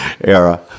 era